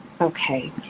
Okay